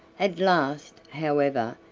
at last, however,